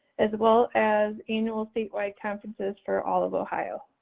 as well as annual statewide conferences for all of ohio.